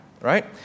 right